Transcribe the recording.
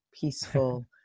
peaceful